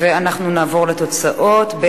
סמכות משר הבינוי והשיכון לשר לשירותי דת נתקבלה.